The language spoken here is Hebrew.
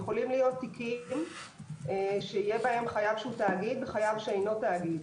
יכולים להיות תיקים שיהיה בהם חייב שהוא תאגיד וחייב שאינו תאגיד.